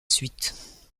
suite